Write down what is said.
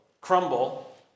crumble